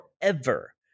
forever